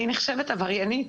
אני נחשבת עבריינית.